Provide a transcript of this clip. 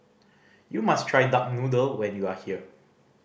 you must try duck noodle when you are here